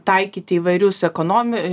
taikyti įvairius ekonomi